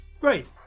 Great